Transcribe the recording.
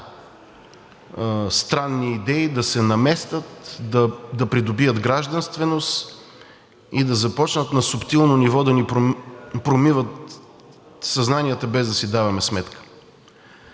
странни идеи да се наместят, да придобият гражданственост и да започнат на суптилно ниво да ни промиват съзнанията, без да си даваме сметка.